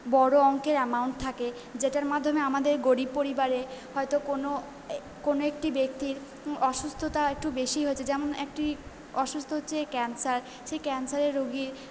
বড়ো অঙ্কের অ্যামাউন্ট থাকে যেটার মাধ্যমে আমাদের গরীব পরিবারে হয়তো কোনো এ কোনো একটি ব্যাক্তির অসুস্থতা একটু বেশি হয়েছে যেমন একটি অসুস্থ হচ্ছে ক্যান্সার সেই ক্যান্সারের রোগীর